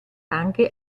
anche